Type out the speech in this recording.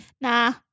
Nah